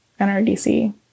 NRDC